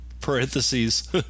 parentheses